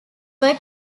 were